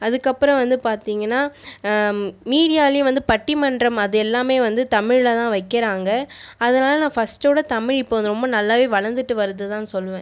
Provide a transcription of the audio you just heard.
அதுக்கு அப்புறம் வந்து பாத்தீங்கன்னா மீடியாவிலியும் வந்து பட்டிமன்றம் அது எல்லாமே வந்து தமிழில் தான் வைக்கிறாங்க அதனால நான் ஃபஸ்ட்டோட தமிழ் இப்போ வந்து ரொம்ப நல்லாவே வளர்ந்துட்டு வருது தான் சொல்வேன்